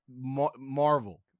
Marvel